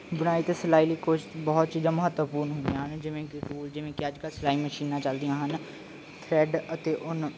ਬੁਣਾਈ ਅਤੇ ਸਿਲਾਈ ਲਈ ਕੁਛ ਬਹੁਤ ਚੀਜ਼ਾਂ ਮਹੱਤਵਪੂਰਨ ਹੁੰਦੀਆਂ ਹਨ ਜਿਵੇਂ ਕਿ ਜਿਵੇਂ ਕਿ ਅੱਜ ਕੱਲ੍ਹ ਸਿਲਾਈ ਮਸ਼ੀਨਾਂ ਚੱਲਦੀਆਂ ਹਨ ਥਰੈੱਡ ਅਤੇ ਉੱਨ